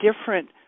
different